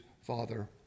father